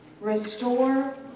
restore